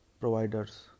providers